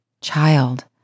child